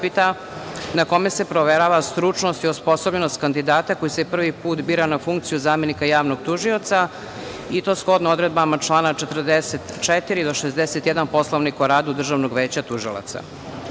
na kome se proverava stručnost i osposobljenost kandidata koji se prvi put bira na funkciju zamenika javnog tužioca i to shodno odredbama člana 44. do 61. Poslovnika o radu Državnog veća tužilaca. Državno